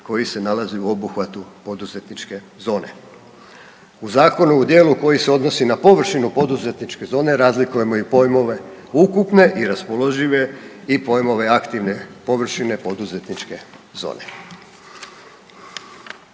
koji se nalazi u obuhvatu poduzetničke zone. U zakonu o dijelu koji se odnosi na površinu poduzetničke zone razlikujemo i pojmove ukupne i raspoložive i pojmove aktivne površine poduzetničke zone.